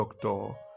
Doctor